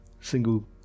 single